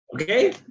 okay